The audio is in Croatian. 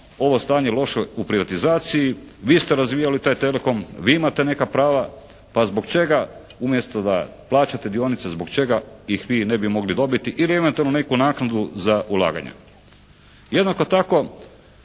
ovo stanje loše u privatizaciji, vi ste razvijali taj Telekom, vi imate neka prava. Pa zbog čega umjesto da plaćate dionice, zbog čega ih vi ne bi mogli dobiti? Ili eventualno neku naknadu za ulaganje. Jednako tako